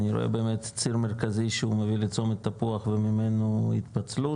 אני רואה באמת ציר מרכזי שהוא מוביל לצומת תפוח וממנו התפצלות,